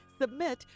submit